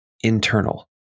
internal